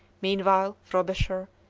meanwhile frobisher,